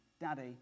Daddy